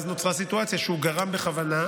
אז נוצרה סיטואציה שהוא גרם בכוונה,